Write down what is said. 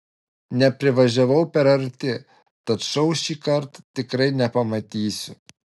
neprivažiavau per arti tad šou šįkart tikrai nepamatysiu